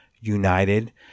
united